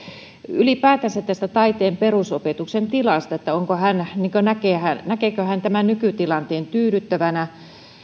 ylipäätänsä taiteen perusopetuksen tilasta näkeekö hän näkeekö hän nykytilanteen tyydyttävänä